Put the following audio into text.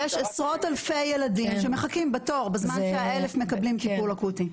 ויש עשרות אלפי ילדים שמחכים בתור בזמן שה-1,000 מקבלים טיפול אקוטי.